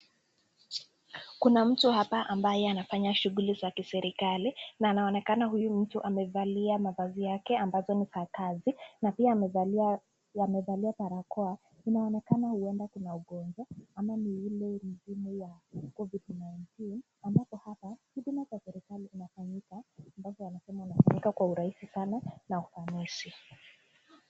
Kuna mtu hapa ambaye anafanya shughuli za kiserikali, na inaonekana huyu mtu amevalia mavazi yake ambazo ni za kazi, na pia amevalia barakoa, inaonekana huenda kuna ugonjwa ama ni ile msimu ya covid-19,halafu hapa huduma za serikali zinafanyika ambapo wanasema inafanyika kwa urahisi sana na ufanisi.